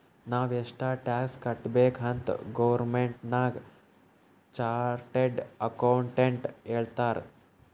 ನಾವ್ ಎಷ್ಟ ಟ್ಯಾಕ್ಸ್ ಕಟ್ಬೇಕ್ ಅಂತ್ ಗೌರ್ಮೆಂಟ್ಗ ಚಾರ್ಟೆಡ್ ಅಕೌಂಟೆಂಟ್ ಹೇಳ್ತಾರ್